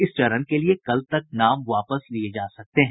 इस चरण के लिए कल तक नाम वापस लिये जा सकते हैं